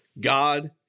God